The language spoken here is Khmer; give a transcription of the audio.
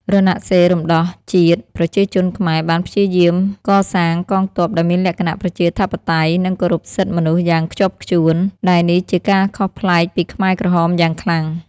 រណសិរ្សរំដោះជាតិប្រជាជនខ្មែបានព្យាយាមកសាងកងទ័ពដែលមានលក្ខណៈប្រជាធិបតេយ្យ និងគោរពសិទ្ធិមនុស្សយ៉ាងខ្ជាប់ខ្ជួន ដែលនេះជាការខុសប្លែកពីខ្មែរក្រហមយ៉ាងខ្លាំង។